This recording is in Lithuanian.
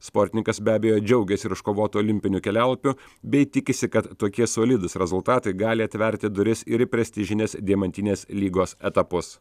sportininkas be abejo džiaugėsi ir iškovotu olimpiniu kelialapiu bei tikisi kad tokie solidūs rezultatai gali atverti duris ir į prestižinės deimantinės lygos etapus